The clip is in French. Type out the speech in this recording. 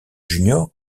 junior